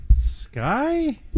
Sky